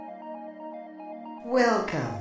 Welcome